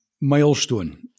milestone